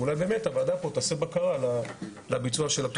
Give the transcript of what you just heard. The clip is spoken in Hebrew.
ואולי באמת הוועדה פה תעשה בקרה על הביצוע של התכנית.